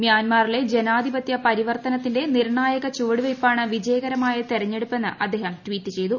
മ്യാൻമാറിലെ ജനാധിപതൃ പരിവർത്തനത്തിന്റെ നിർണ്ണായക ചുവടുവയ്പ്പാണ് വിജയകരമായ തെരഞ്ഞെടുപ്പെന്ന് അദ്ദേഹം ട്വീറ്റ് ചെയ്തു